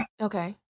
okay